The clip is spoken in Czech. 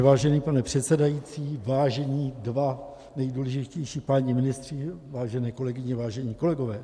Vážený pane předsedající, vážení dva nejdůležitější páni ministři, vážené kolegyně, vážení kolegové...